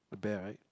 the bear right